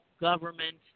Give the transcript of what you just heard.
government